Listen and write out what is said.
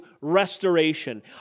restoration